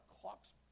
clocks